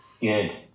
good